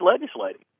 legislating